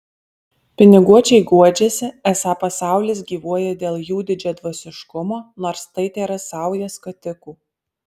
piniguočiai guodžiasi esą pasaulis gyvuoja dėl jų didžiadvasiškumo nors tai tėra sauja skatikų